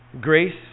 Grace